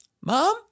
Mom